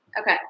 Okay